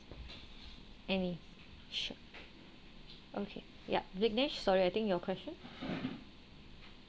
any sure okay yup vick nash sorry I think your question